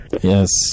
Yes